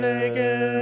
Naked